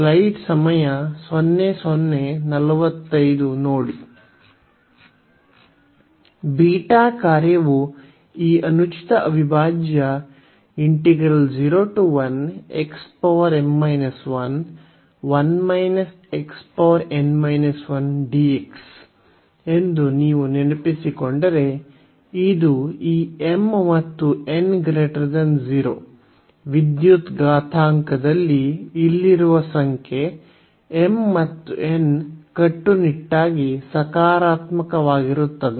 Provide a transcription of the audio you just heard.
slide ಸಮಯ 0045 ನೋಡಿ beta ಕಾರ್ಯವು ಈ ಅನುಚಿತ ಅವಿಭಾಜ್ಯ ಎಂದು ನೀವು ನೆನಪಿಸಿಕೊಂಡರೆ ಇದು ಈ m ಮತ್ತು n 0 ವಿದ್ಯುತ್ ಘಾತಾಂಕದಲ್ಲಿ ಇಲ್ಲಿರುವ ಸಂಖ್ಯೆ m ಮತ್ತು n ಕಟ್ಟುನಿಟ್ಟಾಗಿ ಸಕಾರಾತ್ಮಕವಾಗಿರುತ್ತದೆ